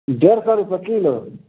डेढ़ सए रुपए किलो